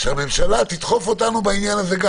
שהממשלה תדחוף אותנו בעניין הזה.